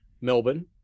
Melbourne